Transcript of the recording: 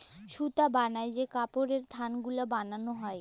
সুতা বালায় যে কাপড়ের থাল গুলা বালাল হ্যয়